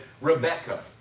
Rebecca